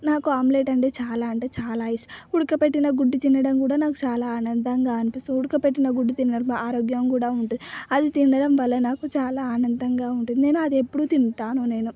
నాకు ఆమ్లెట్ అంటే చాలా అంటే చాలా ఇష్టం ఉడకపెట్టిన గుడ్డు తినడం కూడా నాకు చాలా ఆనందంగా అనిపిస్తుంది ఉడకపెట్టిన గుడ్డు తిన్నప్పుడు ఆరోగ్యం కూడా ఉంటుంది అది తినడం వల్ల నాకు చాలా ఆనందంగా ఉంటుంది నేను అది ఎప్పుడు తింటాను నేను